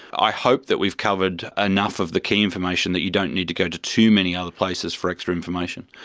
i hope that we've covered enough of the key information that you don't need to go to too many other places for extra information,